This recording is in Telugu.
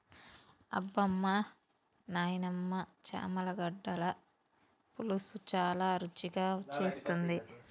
అబ్బమా నాయినమ్మ చామగడ్డల పులుసు చాలా రుచిగా చేస్తుంది